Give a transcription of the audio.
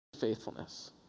faithfulness